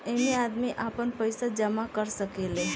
ऐइमे आदमी आपन पईसा जमा कर सकेले